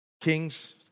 kings